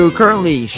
currently